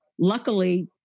Luckily